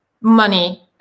money